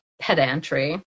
pedantry